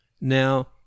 Now